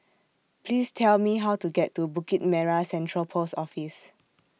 Please Tell Me How to get to Bukit Merah Central Post Office